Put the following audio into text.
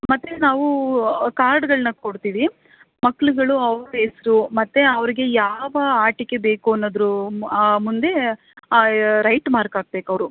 ಮತ್ತೆ ನಾವು ಕಾರ್ಡುಗಳ್ನ ಕೊಡ್ತೀವಿ ಮಕ್ಳುಗಳು ಅವು ಎಷ್ಟು ಮತ್ತೇ ಅವರ್ಗೆ ಯಾವ ಆಟಿಕೆ ಬೇಕು ಅನ್ನದರ ಮುಂದೆ ರೈಟ್ ಮಾರ್ಕ್ ಹಾಕ್ಬೇಕ್ ಅವರು